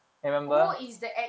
oh is the ac~